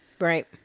Right